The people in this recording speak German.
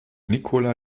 nicola